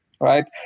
right